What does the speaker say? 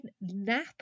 Nap